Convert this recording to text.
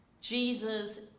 Jesus